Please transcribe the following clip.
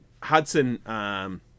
Hudson